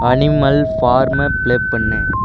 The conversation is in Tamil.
அனிமல் ஃபார்மை ப்ளே பண்ணு